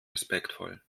respektvoll